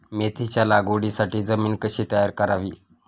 मेथीच्या लागवडीसाठी जमीन कशी तयार करावी?